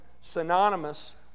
synonymous